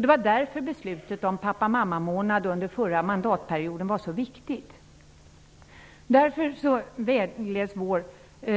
Det var därför som beslutet om pappa/mamma-månad under förra mandatperioden var så viktigt. Vår